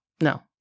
No